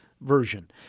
version